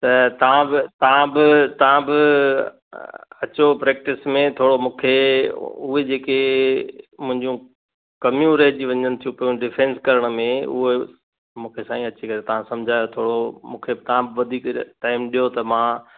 त तव्हां बि तव्हां बि तव्हां बि अचो प्रैक्टिस में थोरो मूंखे उहे जेके मुंहिंजूं कमियूं रहिजी वञनि थियूं पियूं डिफेन्स करण में उहे मूंखे साईं अची करे तव्हां समुझायो थोरो मूंखे तां बि वधीक टाईम ॾियो त मां